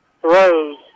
throws